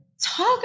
Talk